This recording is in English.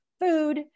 food